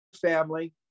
family